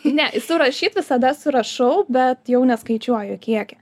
ne surašyt visada surašau bet jau neskaičiuoju kiekį